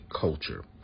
culture